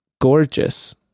Gorgeous